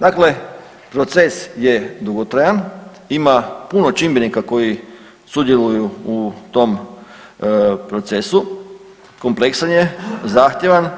Dakle, proces je dugotrajan, ima puno čimbenika koji sudjeluju u tom procesu, kompleksan je, zahtjevan